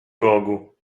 bogu